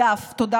די.